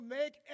make